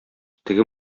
теге